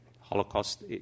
Holocaust